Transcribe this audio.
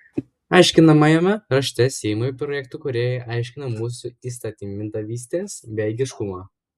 aiškinamajame rašte seimui projekto kūrėjai aiškina mūsų įstatymdavystės bejėgiškumą